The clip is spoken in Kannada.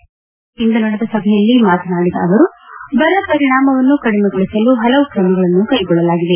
ಅಧಿಕಾರಿಗಳೊಂದಿಗೆ ಇಂದು ನಡೆದ ಸಭೆಯಲ್ಲಿ ಮಾತನಾಡಿದ ಅವರು ಬರ ಪರಿಣಾಮವನ್ನು ಕಡಿಮೆಗೊಳಿಸಲು ಹಲವು ಕ್ರಮಗಳನ್ನು ಕೈಗೊಳ್ಳಲಾಗಿದೆ